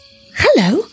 hello